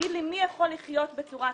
מי יכול לחיות כך,